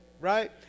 right